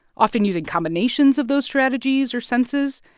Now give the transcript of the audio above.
often using combinations of those strategies or senses.